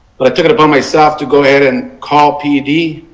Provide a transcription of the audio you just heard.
but i took it upon myself to go ahead and call pd.